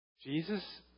Jesus